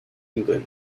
england